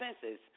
senses